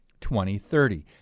2030